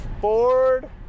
Ford